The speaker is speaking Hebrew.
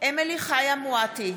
אמילי חיה מואטי,